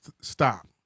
stop